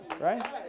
Right